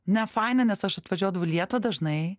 nefaina nes aš atvažiuodavau į lietuvą dažnai